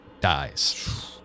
dies